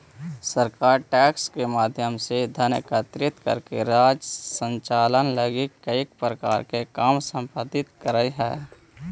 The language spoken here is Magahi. सरकार टैक्स के माध्यम से धन एकत्रित करके राज्य संचालन लगी कई प्रकार के काम संपादित करऽ हई